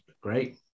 Great